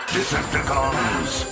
Decepticons